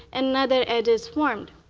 another edge is formed.